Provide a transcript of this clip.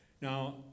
Now